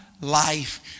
life